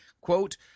Quote